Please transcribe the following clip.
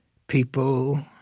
people